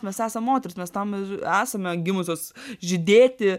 mes esam moterys mes tam ir esame gimusios žydėti